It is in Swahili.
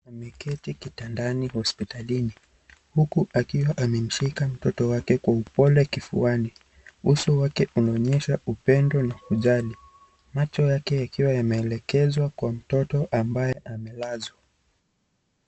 Ameketi kitandani hospitalini huku akiwa amemshika mtoto wake kwa upole kifuani, uso wake unaonyesha upendo na ujali macho yake yakiwa yameelekezwa kwa mtoto ambaye amelazwa.